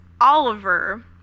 Oliver